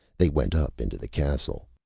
they went up into the castle.